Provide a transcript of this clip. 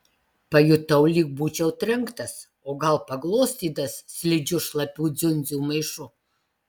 pajutau lyg būčiau trenktas o gal paglostytas slidžiu šlapių dziundzių maišu